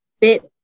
bit